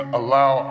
allow